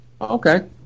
Okay